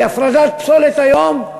כי הפרדת פסולת היום,